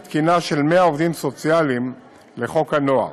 תקינה של 100 עובדים סוציאליים לחוק הנוער.